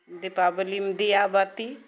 दीपावलीमे दिआ बाती